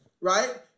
right